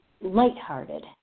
lighthearted